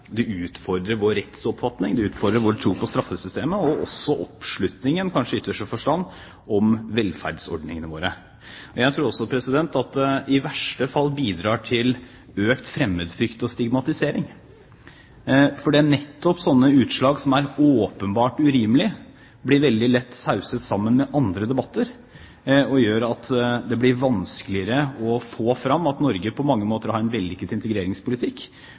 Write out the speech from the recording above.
utfordrer vår rettsoppfatning – vår tro på straffesystemet – og i ytterste forstand også oppslutningen om velferdsordningene våre. Jeg tror dette i verste fall bidrar til økt fremmedfrykt og stigmatisering. For nettopp slike utslag – som er åpenbart urimelige – blir veldig lett sauset sammen med andre debatter. Det fører til at det blir vanskeligere å få fram at Norge på mange måter har en vellykket integreringspolitikk,